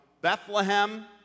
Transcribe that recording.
Bethlehem